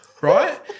right